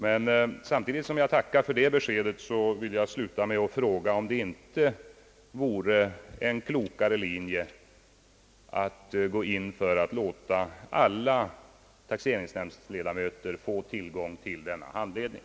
Men samtidigt som jag tackar för det beskedet vill jag sluta med att fråga om det inte vore en klokare linje att gå in för att låta alla taxeringsnämndsledamöter få tillgång till denna handledning.